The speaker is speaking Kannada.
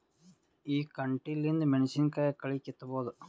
ಈ ಕಂಟಿಲಿಂದ ಮೆಣಸಿನಕಾಯಿ ಕಳಿ ಕಿತ್ತಬೋದ?